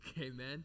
Amen